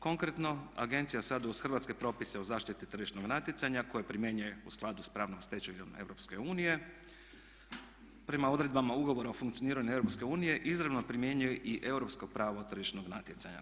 Konkretno agencija sada uz hrvatske propise o zaštiti tržišnog natjecanja koje primjenjuje u skladu sa pravnom stečevinom EU prema odredbama Ugovora o funkcioniranju EU izravno primjenjuje i europsko pravo tržišnog natjecanja.